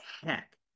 heck